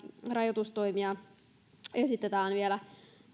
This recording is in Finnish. rajoitustoimia esitetään vielä